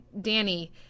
Danny